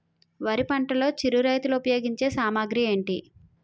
వరి పంటలో చిరు రైతులు ఉపయోగించే సామాగ్రి ఏంటి?